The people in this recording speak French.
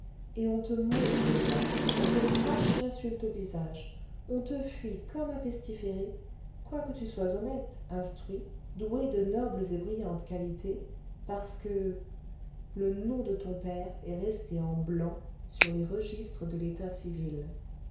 et on te montre au doigt on te crache l'insulte au visage on te fuit comme un pestiféré quoique tu sois honnête instruit doué de nobles et brillantes qualités parce que le nom de ton père est resté en blanc sur les registres de l'état civil